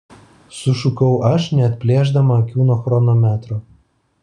sušukau aš neatplėšdama akių nuo chronometro